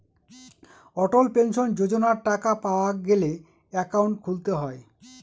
অটল pension যোজনার টাকা পাওয়া গেলে একাউন্ট খুলতে হয়